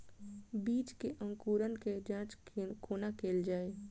बीज केँ अंकुरण केँ जाँच कोना केल जाइ?